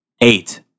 Eight